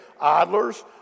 idlers